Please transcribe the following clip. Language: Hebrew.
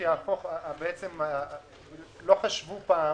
לא חשבו פעם